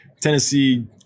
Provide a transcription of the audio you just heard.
Tennessee